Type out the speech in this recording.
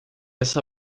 essa